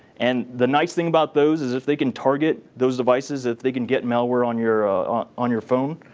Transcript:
and the nice thing about those is if they can target those devices, if they can get malware on your on your phone,